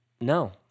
No